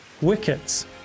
wickets